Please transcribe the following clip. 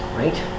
right